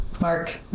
mark